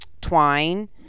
twine